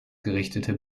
gerichtete